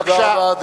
תודה רבה.